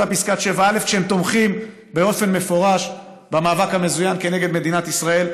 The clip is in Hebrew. פסקת 7א כשהם תומכים באופן מפורש במאבק המזוין כנגד מדינת ישראל.